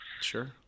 Sure